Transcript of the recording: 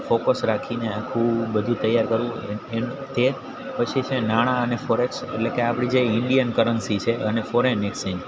focus રાખીને આખું બધું તૈયાર કરવું એમ તે પછી છે નાણાં અને ફોરેક્સ એટલે કે આપણી જે ઇંડિયન કરન્સી છે અને ફોરેન એક્સ્ચેન્જ